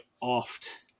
oft